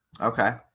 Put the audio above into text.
Okay